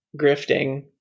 grifting